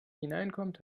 hineinkommt